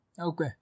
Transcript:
Okay